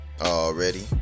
Already